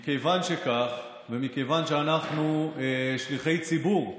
מכיוון שכך, ומכיוון שאנחנו שליחי ציבור,